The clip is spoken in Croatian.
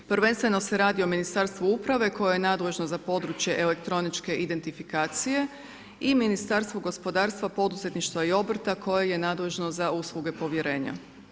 Prvenstveno se radi o Ministarstvu uprave koje je nadležno za područje elektroničke identifikacije, i Ministarstvo gospodarstva, poduzetništva i obrta koje je nadležno za usluge povjerenja.